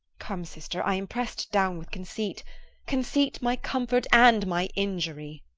come, sister i am press'd down with conceit conceit, my comfort and my injury.